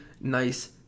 Nice